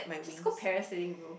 just go parasailing bro